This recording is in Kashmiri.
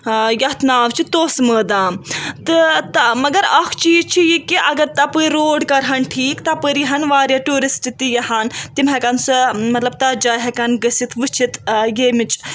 آ یَتھ ناو چھُ تۄسہٕ مٲدان تہٕ مگر اَکھ چیٖز چھُ یہِ کہِ اگر تَپٲرۍ روڑ کَرٕہن ٹھیٖک تَپٲرۍ یِہن واریاہ ٹورِسٹ تہِ یِہَن تِم ہیٚکَن سۄ مطلب تَتھ جایہِ ہیٚکَن گٔژھِتھ وٕچِھتھ ییٚمِچ